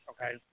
okay